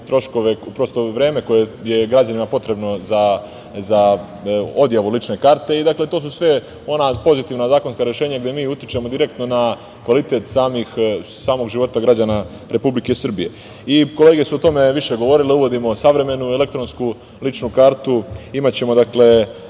troškove, prosto vreme koje je građanima potrebno za odjavu lične karte i dakle to su sve ona pozitivna zakonska rešenja gde mi utičemo direktno na kvalitet samog života građana Republike Srbije. Kolege su više o tome govorile, uvodimo savremenu elektronsku ličnu kartu. Imaćemo dakle